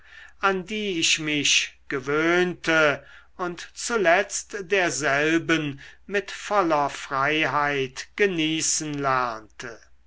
an die ich mich gewöhnte und zuletzt derselben mit voller freiheit genießen lernte